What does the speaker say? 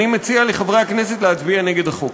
אני מציע לחברי הכנסת להצביע נגד החוק.